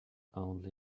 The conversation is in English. only